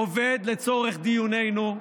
עובד, לצורך דיוננו,